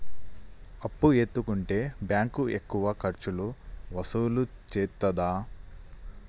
అప్పు ఎత్తుకుంటే బ్యాంకు ఎక్కువ ఖర్చులు వసూలు చేత్తదా?